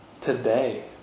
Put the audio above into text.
Today